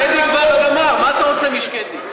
שקדי כבר גמר, מה אתה רוצה משקדי?